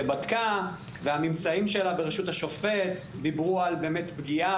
שבדקה והממצאים שלה דיברו באמת על פגיעה